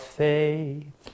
faith